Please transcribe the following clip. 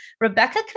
Rebecca